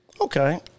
Okay